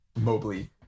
Mobley